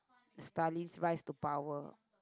Stalin rise to power